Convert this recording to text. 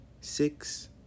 six